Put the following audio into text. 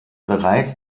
bereits